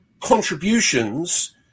contributions